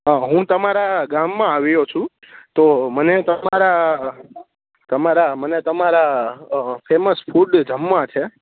હા હું તમારા ગામમાં આવ્યો છું તો મને તમારા તમારા મને તમારા ફેમસ ફૂડ જમવા છે